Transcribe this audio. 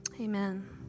Amen